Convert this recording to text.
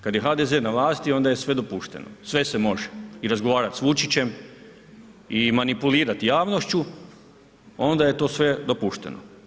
Kad je HDZ na vlasti onda je sve dopušteno, sve se može i razgovarati s Vučićem i manipulirati javnošću onda je to sve dopušteno.